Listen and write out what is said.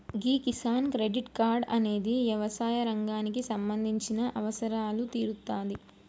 గీ Kisan credit card అనేది యవసాయ రంగానికి సంబంధించిన అవసరాలు తీరుత్తాది